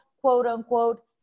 quote-unquote